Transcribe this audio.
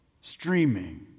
streaming